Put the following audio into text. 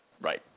Right